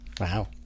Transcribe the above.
Wow